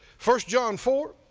first john four